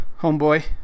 homeboy